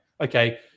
Okay